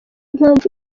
mpamvu